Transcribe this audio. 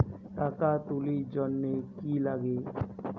টাকা তুলির জন্যে কি লাগে?